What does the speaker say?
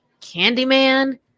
Candyman